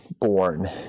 born